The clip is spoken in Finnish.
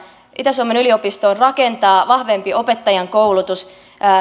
itä suomen yliopistoon voidaan rakentaa vahvempi opettajankoulutus